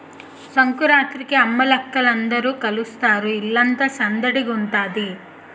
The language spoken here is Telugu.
సంకురాత్రికి అమ్మలక్కల అందరూ కలుస్తారు ఇల్లంతా సందడిగుంతాది